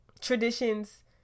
traditions